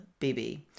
BB